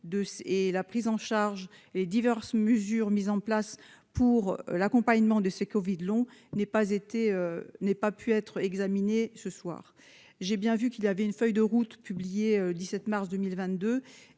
et la prise en charge et diverses mesures mises en place pour l'accompagnement de ces Covid long n'ait pas été n'ait pas pu être examiné ce soir j'ai bien vu qu'il avait une feuille de route Publié le 17 mars 2022,